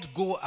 go